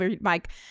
Mike